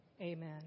amen